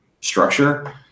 structure